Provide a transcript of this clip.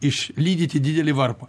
išlydyti didelį varpą